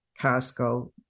Costco